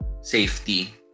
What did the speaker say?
safety